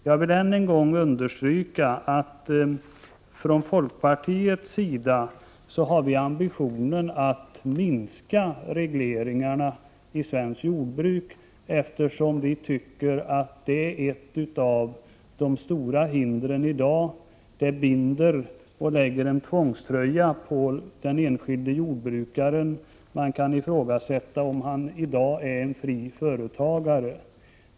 Jag vill än en gång understryka att vi från folkpartiet har ambitionen att minska regleringarna i svenskt jordbruk, eftersom vi tycker att de är ett av de stora hindren i dag. Regleringarna binder och lägger tvångströja på den enskilde jordbrukaren, och man kan ifrågasätta om han i dag är en fri företagare.